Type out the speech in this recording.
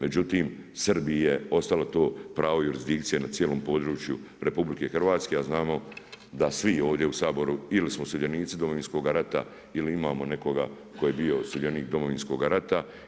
Međutim, Srbiji je ostalo to pravo jurisdikcije na cijelom području Republike Hrvatske, a znamo da svi ovdje u Saboru ili smo sudionici Domovinskoga rata ili imamo nekoga tko je bio sudionik Domovinskoga rata.